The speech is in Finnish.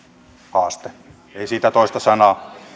haaste ei siitä toista sanaa